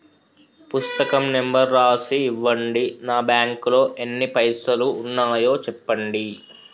పుస్తకం నెంబరు రాసి ఇవ్వండి? నా బ్యాంకు లో ఎన్ని పైసలు ఉన్నాయో చెప్పండి?